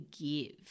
give